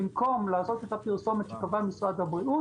במקום לעשות את הפרסומת שקבע משרד הבריאות